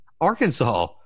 Arkansas